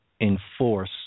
enforce